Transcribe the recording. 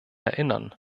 erinnern